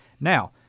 Now